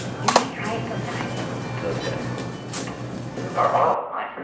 you should try it some time no thanks you are all my